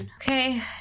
Okay